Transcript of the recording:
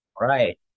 Right